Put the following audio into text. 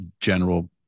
general